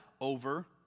over